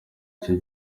iki